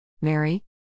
Mary